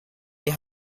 die